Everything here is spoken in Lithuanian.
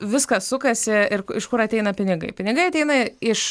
viskas sukasi ir iš kur ateina pinigai pinigai ateina iš